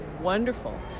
wonderful